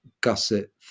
gusset